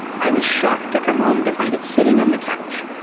i was shocked to come home to find it sitting on the couch.